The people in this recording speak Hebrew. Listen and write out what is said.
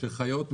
שחיות מתיירות.